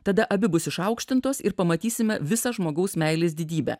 tada abi bus išaukštintos ir pamatysime visą žmogaus meilės didybę